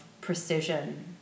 precision